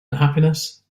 unhappiness